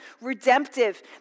redemptive